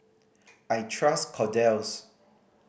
I trust Kordel's